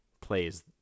plays